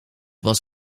was